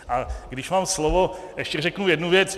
A když mám slovo, ještě řeknu jednu věc.